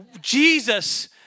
Jesus